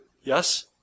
yes